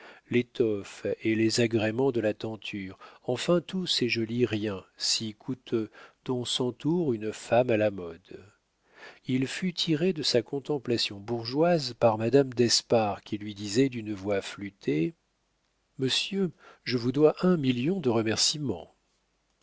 l'étoffe et les agréments de la tenture enfin tous ces jolis riens si coûteux dont s'entoure une femme à la mode il fut tiré de sa contemplation bourgeoise par madame d'espard qui lui disait d'une voix flûtée monsieur je vous dois un million de remercîments